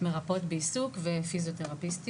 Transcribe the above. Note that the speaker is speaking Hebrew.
מרפאות בעיסוק ופיזיותרפיסטיות.